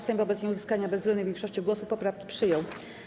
Sejm wobec nieuzyskania bezwzględnej większości głosów poprawki przyjął.